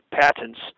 patents